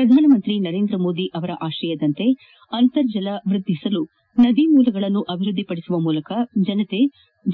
ಪ್ರಧಾನಮಂತ್ರಿ ನರೇಂದ್ರ ಮೋದಿಯವರ ಆಶಯದಂತೆ ಅಂತರ್ಜಲ ಹೆಚ್ಚಿಸಲು ನದಿ ಮೂಲಗಳನ್ನು ಅಭಿವೃದ್ಧಿ ಪಡಿಸುವ ಮೂಲಕ